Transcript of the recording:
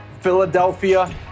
Philadelphia